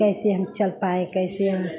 कैसे हम चल पाएँ कैसे हम